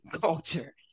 culture